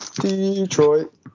Detroit